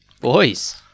Boys